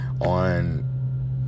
on